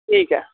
ठीक ऐ